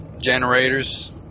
generators